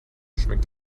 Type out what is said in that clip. schmeckt